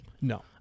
No